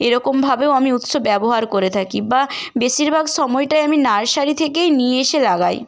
এরকমভাবেও আমি উৎস ব্যবহার করে থাকি বা বেশিরভাগ সময়টাই আমি নার্সারি থেকেই নিয়ে এসে লাগাই